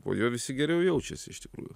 po jo visi geriau jaučiasi iš tikrųjų